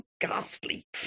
ghastly